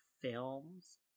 films